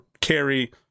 carry